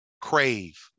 crave